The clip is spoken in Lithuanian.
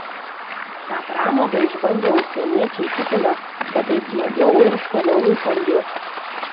šią pramogą išbandę užsieniečiai tikina kad tai smagiau ir skaniau nei fondiu